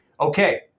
Okay